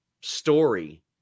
story